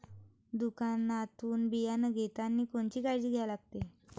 दुकानातून बियानं घेतानी कोनची काळजी घ्या लागते?